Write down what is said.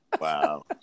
Wow